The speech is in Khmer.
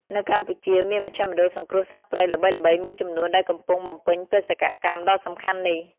នៅកម្ពុជា មានមជ្ឈមណ្ឌលសង្គ្រោះសត្វព្រៃល្បីៗមួយចំនួនដែលកំពុងបំពេញបេសកកម្មដ៏សំខាន់នេះ។